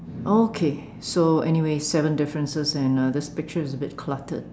okay so anyway seven differences and uh this picture is a bit cluttered